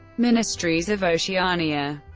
ministries of oceania